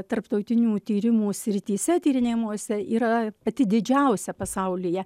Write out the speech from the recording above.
tarptautinių tyrimų srityse tyrinėjimuose yra pati didžiausia pasaulyje